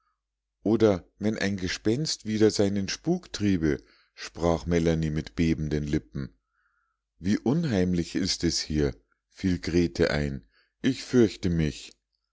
oder wenn ein gespenst wieder seinen spuk triebe sprach melanie mit bebenden lippen wie unheimlich ist es hier fiel grete ein ich fürchte mich